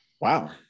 wow